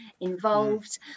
involved